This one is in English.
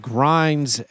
Grinds